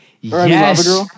Yes